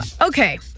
Okay